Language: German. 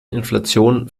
inflation